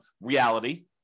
reality